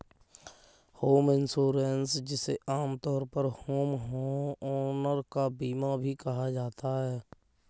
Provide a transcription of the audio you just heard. home insurance जिसे आमतौर पर होमओनर का बीमा भी कहा जाता है